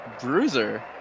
Bruiser